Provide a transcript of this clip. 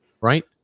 right